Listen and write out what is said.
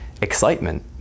excitement